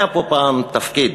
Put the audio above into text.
היה פה פעם תפקיד